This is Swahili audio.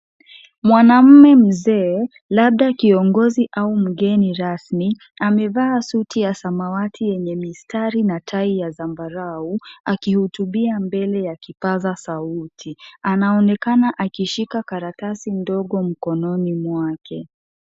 Mwanamume mzee, labda kiongozi au mgeni rasmi, amevaa suti ya samawati yenye mistari na tai ya zambarau, akihutubia mbele ya kipaza sauti. Anaonekana akishika karatasi ndogo mkononi mwake.